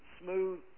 smooth